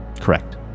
correct